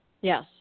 Yes